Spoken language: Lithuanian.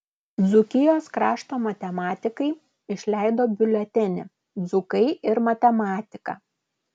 dzūkijos krašto matematikai išleido biuletenį dzūkai ir matematika